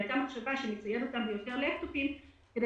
הייתה מחשבה לצייד אותם ביותר לפטופים כדי